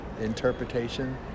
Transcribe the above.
interpretation